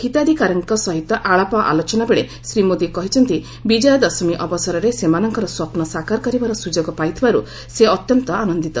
ହିତାଧିକାରୀଙ୍କ ସହିତ ଆଳାପ ଆଲୋଚନାବେଳେ ଶ୍ରୀ ମୋଦି କହିଛନ୍ତି ବିଜୟା ଦଶମୀ ଅବସରରେ ସେମାନଙ୍କର ସ୍ୱପ୍ ସାକାର କରିବାର ସ୍ରଯୋଗ ପାଇଥିବାର୍ତ ସେ ଅତ୍ୟନ୍ତ ଆନନ୍ଦିତ